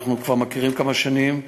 אנחנו כבר מכירים כמה שנים,